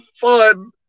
fun